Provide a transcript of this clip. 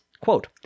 Quote